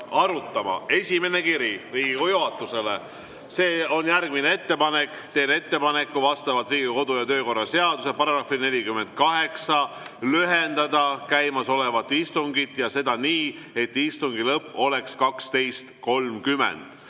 arutama. Esimene on kiri Riigikogu juhatusele. See on järgmine ettepanek: "Teen ettepaneku vastavalt Riigikogu kodu‑ ja töökorra seaduse §‑le 48 lühendada käimasolevat istungit ja seda nii, et istungi lõpp oleks 12.30."